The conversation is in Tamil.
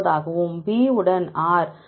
9 ஆகவும் B உடன் r 0